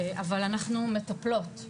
אבל אנחנו מטפלות,